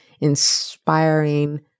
inspiring